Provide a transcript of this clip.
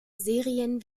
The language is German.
serien